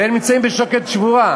והם נמצאים מול שוקת שבורה.